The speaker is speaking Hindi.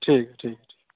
ठीक है ठीक है ठीक